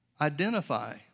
Identify